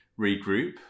regroup